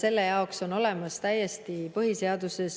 Selle jaoks on olemas täiesti põhiseaduses